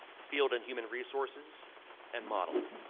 field and human resources and modeling.